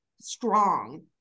strong